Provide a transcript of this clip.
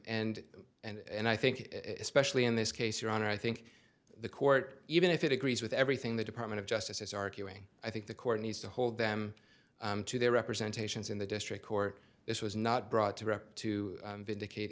and and i think specially in this case your honor i think the court even if it agrees with everything the department of justice is arguing i think the court needs to hold them to their representation in the district court this was not brought to rep to vindicate